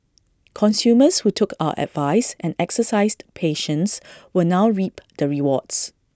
consumers who took our advice and exercised patience will now reap the rewards